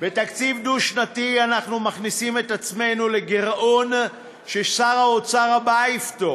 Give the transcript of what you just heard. בתקציב דו-שנתי אנחנו מכניסים את עצמנו לגירעון ששר האוצר הבא יפתור.